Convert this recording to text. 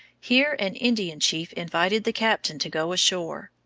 here an indian chief invited the captain to go ashore.